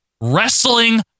wrestling